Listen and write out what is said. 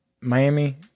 Miami